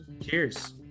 Cheers